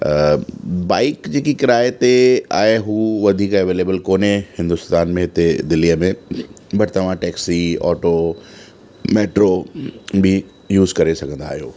bike जेकी किराए ते आहे हू वधीक अवेलिबिल कोन्हे हिंदुस्तान में हिते दिल्लीअ में बट तव्हां टैक्सी ऑटो मैट्रो बि यूस करे सघंदा आहियो